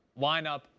lineup